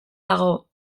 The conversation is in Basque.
dago